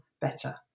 better